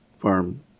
farm